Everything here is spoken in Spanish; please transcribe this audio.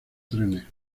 trenes